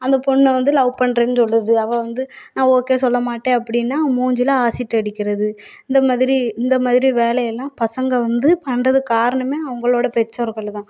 அந்த பொண்ணை வந்து லவ் பண்ணுறேன்னு சொல்லுறது அவள் வந்து நான் ஓகே சொல்ல மாட்டேன் அப்படின்னா மூஞ்சியில் ஆசிட் அடிக்கிறது இந்த மாதிரி இந்த மாதிரி வேலையெல்லாம் பசங்கள் வந்து பண்ணுறதுக் காரணமே அவங்களோடய பெற்றோர்கள் தான்